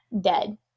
dead